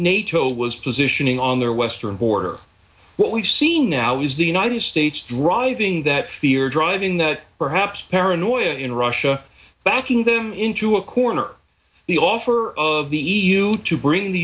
nato was positioning on their western border what we've seen now is the united states driving that fear driving that perhaps paranoia in russia backing them into a corner the offer of the e u to bring the